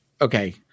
Okay